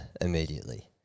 immediately